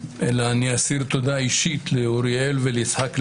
ואני אסיר תודה אישית לאוריאל וליצחק לוי,